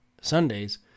Sundays